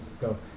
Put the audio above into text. go